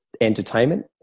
entertainment